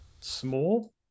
Small